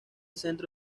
centro